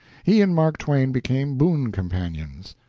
he and mark twain became boon companions.